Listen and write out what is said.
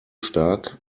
stark